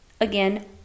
again